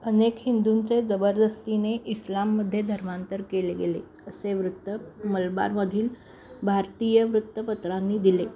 अनेक हिंदूंचे जबरदस्तीने इस्लामध्ये धर्मांतर केले गेले असे वृत्त मलबारमधील भारतीय वृत्तपत्रांनी दिले